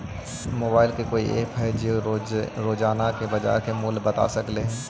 Mobile के कोइ app है जो कि रोजाना के बाजार मुलय बता सकले हे?